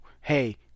Hey